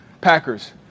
Packers